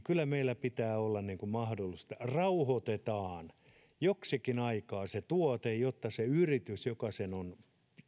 kyllä meillä pitää sen olla mahdollista että rauhoitetaan joksikin aikaa se tuote jotta se yritys joka sen on